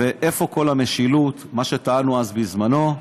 ואיפה כל המשילות, מה שטענו אז, בזמנו.